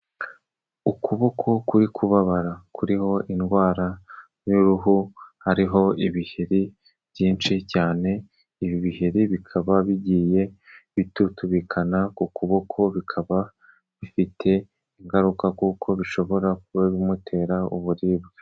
Ukuboko kuri kubabara kuriho indwara y'uruhu hariho ibiheri byinshi cyane, ibi biheri bikaba bigiye bitutubikana ku kuboko bikaba bifite ingaruka kuko bishobora kuba bimutera uburibwe.